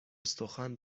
استخوان